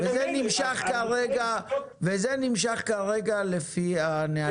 וזה נמשך כרגע לפי הנהלים הקיימים.